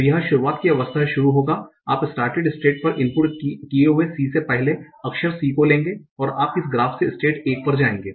तो यह शुरुवात की अवस्था से शुरू होगा आप स्टाटेड स्टेट पर इनपुट किए हुए c से पहले अक्षर c को लेंगे और आप इस ग्राफ से स्टेट 1 पर जाएंगे